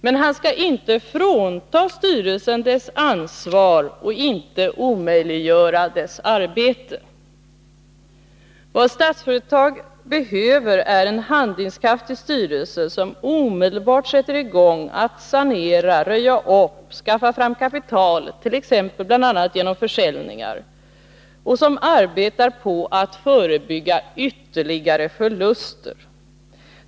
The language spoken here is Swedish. Men han skall inte frånta styrelsen dess ansvar och inte omöjliggöra dess arbete. Vad Statsföretag behöver är en handlingskraftig styrelse som omedelbart sätter i gång att sanera, röja upp, skaffa fram kapital —t.ex. genom försäljningar — och som arbetar på att förebygga ytterligare förluster.